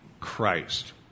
Christ